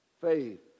Faith